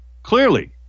clearly